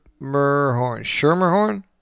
Shermerhorn